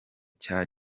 cya